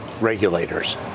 regulators